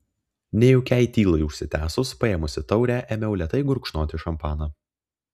nejaukiai tylai užsitęsus paėmusi taurę ėmiau lėtai gurkšnoti šampaną